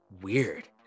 weird